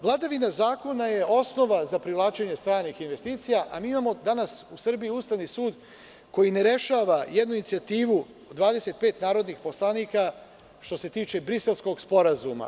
Vladavina zakona je osnov za povlačenje stranih investicija, a mi imamo danas u Srbiji Ustavni sud koji ne rešava jednu inicijativu od 25 narodnih poslanika, što se tiče Briselskog sporazuma.